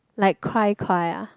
like cry cry ah